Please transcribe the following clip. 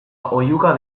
oihuka